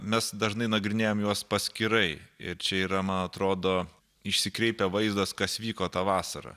mes dažnai nagrinėjam juos paskirai ir čia yra man atrodo išsikreipia vaizdas kas vyko tą vasarą